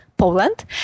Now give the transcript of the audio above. Poland